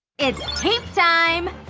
it's tape time!